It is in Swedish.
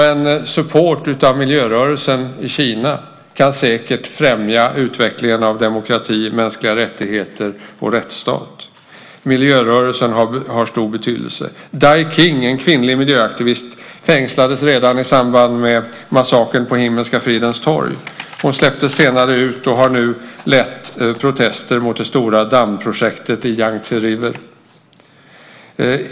En support av miljörörelsen i Kina kan säkert främja utvecklingen av demokrati, mänskliga rättigheter och en rättsstat. Miljörörelsen har stor betydelse. Den kvinnliga miljöaktivisten Dai Qing fängslades redan i samband med massakern på Himmelska fridens torg. Hon släpptes senare och har nu lett protester mot det stora dammprojektet i Yangtzefloden.